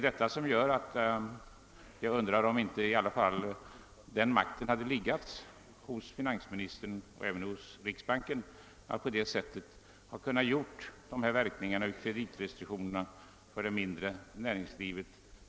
Jag undrar därför om inte finansministern hade haft makt att något underlätta verkningarna av kreditrestriktionerna för näringslivet.